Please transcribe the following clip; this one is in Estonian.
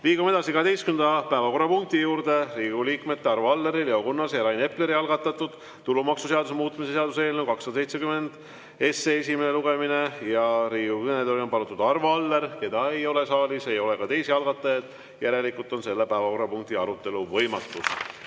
Liigume 12. päevakorrapunkti juurde, Riigikogu liikmete Arvo Alleri, Leo Kunnase ja Rain Epleri algatatud tulumaksuseaduse muutmise seaduse eelnõu 270 esimene lugemine. Riigikogu kõnetooli on palutud Arvo Aller, keda ei ole saalis, ei ole ka teisi algatajaid. Järelikult on selle päevakorrapunkti arutelu võimatus.